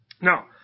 Now